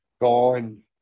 gone